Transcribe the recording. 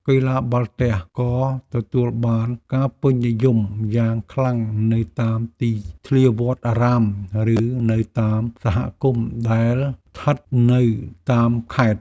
កីឡាបាល់ទះក៏ទទួលបានការពេញនិយមយ៉ាងខ្លាំងនៅតាមទីធ្លាវត្តអារាមឬនៅតាមសហគមន៍ដែលស្ថិតនៅតាមខេត្ត។